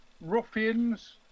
ruffians